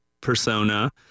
persona